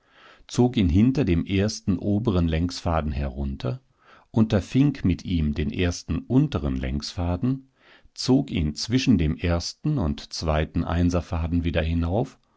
zog ihn hinter dem ersten oberen längsfaden herunter unterfing mit ihm den ersten unteren längsfaden zog ihn zwischen dem ersten und zweiten einserfaden wieder hinauf